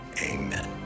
Amen